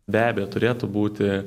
be abejo turėtų būti